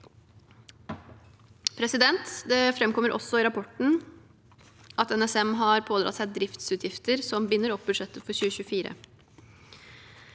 innfridd. Det framkommer også i rapporten at NSM har pådratt seg driftsutgifter som binder opp budsjettet for 2024.